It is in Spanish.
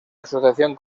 asociación